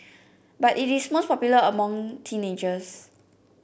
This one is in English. but it is most popular among teenagers